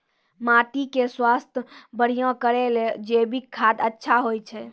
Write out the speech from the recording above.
माटी के स्वास्थ्य बढ़िया करै ले जैविक खाद अच्छा होय छै?